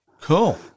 Cool